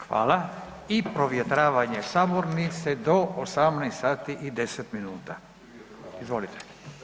Hvala i provjetravanje sabornice do 18 sati i 10 minuta, izvolite.